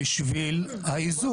בשביל האיזון.